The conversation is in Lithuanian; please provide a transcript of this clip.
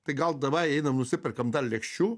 tai gal davai einam nusiperkam dar lėkščių